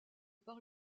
par